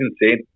insane